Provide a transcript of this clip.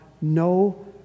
no